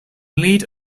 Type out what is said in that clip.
lead